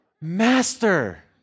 Master